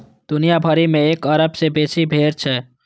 दुनिया भरि मे एक अरब सं बेसी भेड़ छै